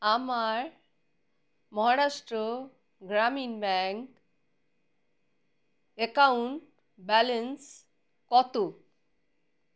আমার মহারাষ্ট্র গ্রামীণ bank account balance কত